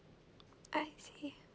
I see